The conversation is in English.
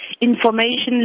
information